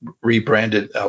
rebranded